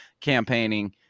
campaigning